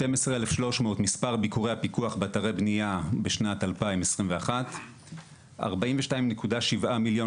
12,300 הוא מספר ביקורי הפיקוח באתרי בנייה בשנת 2021. 42.7 מיליון